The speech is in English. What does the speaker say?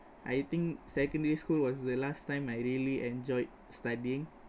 I think secondary school was the last time I really enjoyed studying